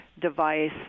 device